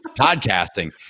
podcasting